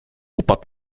upadł